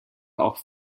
auch